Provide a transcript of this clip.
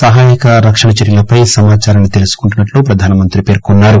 సహాయక రక్షణ చర్యలపై సమాచారాన్ని తెలుసుకుంటున్నట్లు ప్రధానమంత్రి పేర్కొన్నారు